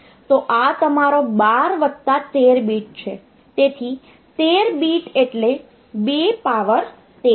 તો આ તમારો 12 વત્તા 13 બીટ છે તેથી 13 બીટ એટલે 2 પાવર 13 છે